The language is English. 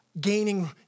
gaining